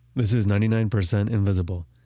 this is ninety nine percent invisible.